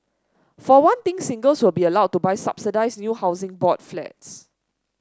for one thing singles will be allowed to buy subsidised new Housing Board Flats